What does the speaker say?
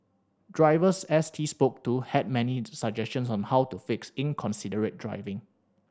drivers S T spoke to had many suggestions on how to fix inconsiderate driving